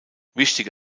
wichtige